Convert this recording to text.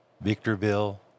Victorville